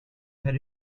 had